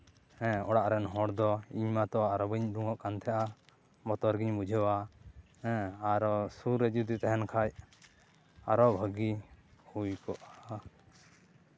ᱦᱮᱸ ᱚᱲᱟᱜ ᱨᱮᱱ ᱦᱚᱲ ᱫᱚ ᱤᱧ ᱢᱟᱛᱚ ᱟᱨᱚ ᱵᱟᱹᱧ ᱩᱰᱩᱠᱚᱜ ᱛᱟᱦᱮᱸᱫᱼᱟ ᱵᱚᱛᱚᱨ ᱜᱤᱧ ᱵᱩᱡᱷᱟᱹᱣᱟ ᱟᱨᱚ ᱥᱩᱨ ᱨᱮ ᱡᱩᱫᱤ ᱛᱟᱦᱮᱱ ᱠᱷᱟᱱ ᱟᱨᱚ ᱵᱷᱟᱹᱜᱤ ᱦᱩᱭ ᱠᱚᱜᱼᱟ